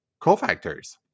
cofactors